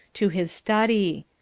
to his study.